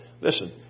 Listen